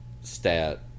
stat